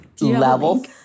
level